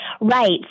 Right